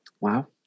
wow